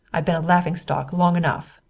i've been a laughing stock long enough.